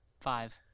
Five